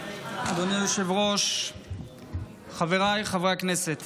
אדוני היושב-ראש, חבריי חברי הכנסת